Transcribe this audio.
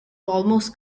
almost